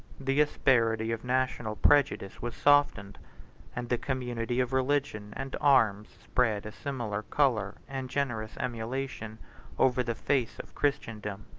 the asperity of national prejudice was softened and the community of religion and arms spread a similar color and generous emulation over the face of christendom.